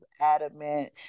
adamant